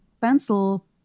pencil